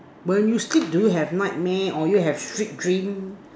when you sleep do you have nightmare or you have sweet dream